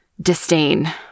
disdain